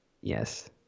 Yes